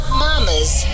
mama's